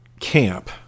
camp